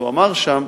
הוא אמר שם,